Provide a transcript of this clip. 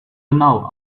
now